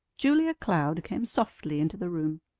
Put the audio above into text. julia cloud came softly into the room,